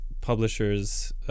publishers